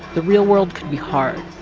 the real world could be hard.